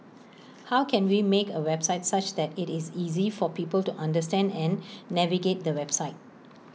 how can we make A website such that IT is easy for people to understand and navigate the website